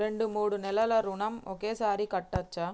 రెండు మూడు నెలల ఋణం ఒకేసారి కట్టచ్చా?